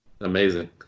Amazing